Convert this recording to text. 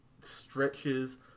stretches